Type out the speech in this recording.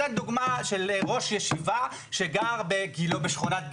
אני אתן דוגמה של ראש ישיבה שגר בשכונת גילה.